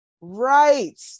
right